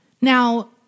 Now